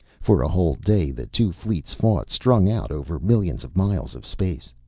for a whole day the two fleets fought, strung out over millions of miles of space.